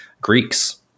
Greeks